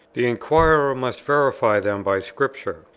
the inquirer must verify them by scripture.